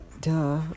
Duh